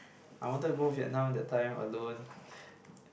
I wanted to go Vietnam that time alone